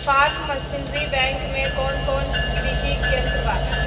Form machinery bank में कौन कौन कृषि यंत्र बा?